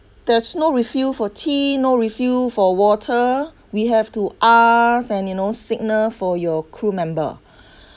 there's no refill for tea no refill for water we have to ask and you know signal for your crew member